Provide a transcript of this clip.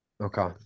Okay